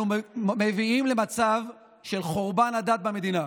אנחנו מביאים למצב של חורבן הדת במדינה.